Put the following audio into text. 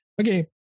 Okay